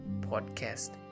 podcast